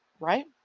right